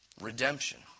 Redemption